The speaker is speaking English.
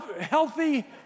healthy